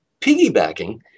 Piggybacking